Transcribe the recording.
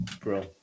Bro